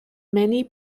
many